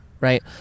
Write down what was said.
right